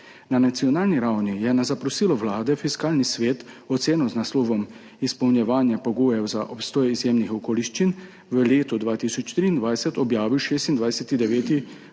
Na nacionalni ravni je na zaprosilo Vlade Fiskalni svet oceno z naslovom Izpolnjevanje pogojev za obstoj izjemnih okoliščin v letu 2023 objavil 26.